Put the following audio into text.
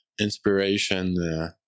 inspiration